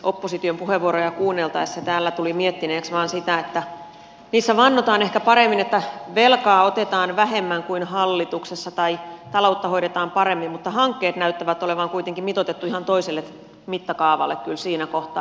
opposition puheenvuoroja kuunneltaessa täällä tulin miettineeksi vain sitä että niissä vannotaan ehkä paremmin että velkaa otetaan vähemmän kuin hallituksessa tai taloutta hoidetaan paremmin mutta hankkeet näyttävät kuitenkin olevan mitoitettuja ihan toiselle mittakaavalle kyllä siinä kohtaa